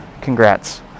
Congrats